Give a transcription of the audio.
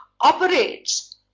operates